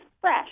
fresh